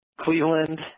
Cleveland